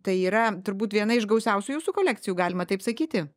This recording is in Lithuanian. tai yra turbūt viena iš gausiausių jūsų kolekcijų galima taip sakyti